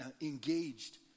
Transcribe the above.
engaged